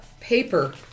paper